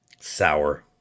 Sour